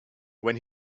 when